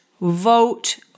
vote